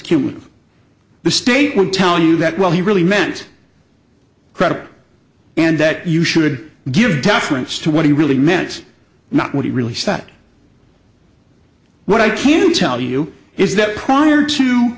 cute with the state will tell you that well he really meant credible and that you should give deference to what he really meant not what he really said what i can tell you is that prior to